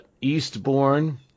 Eastbourne